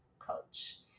coach